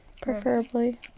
preferably